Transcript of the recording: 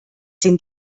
den